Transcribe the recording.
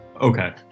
Okay